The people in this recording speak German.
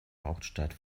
hauptstadt